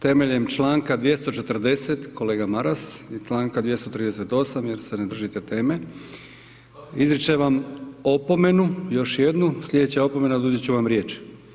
Temeljem Članka 240. kolega Maras i Članka 238. jer se ne držite teme izričem vam opomenu, još jednu, slijedeća opomena oduzet ću vam riječ.